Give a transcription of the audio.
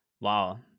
wow